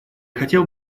хотел